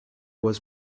was